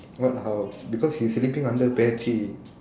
what how because he sleeping under pear tree